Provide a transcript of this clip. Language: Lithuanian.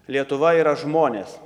lietuva yra žmonės